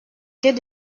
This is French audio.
cas